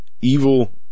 Evil